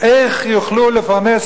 איך יוכלו לפרנס,